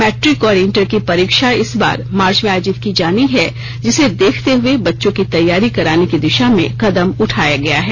matric और inter की परीक्षा इस बार मार्च में आयोजित की जानी है जिसे देखते हुए बच्चों की तैयारी कराने की दिशा में कदम उठाया गया है